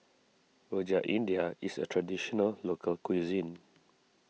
Rojak India is a Traditional Local Cuisine